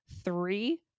three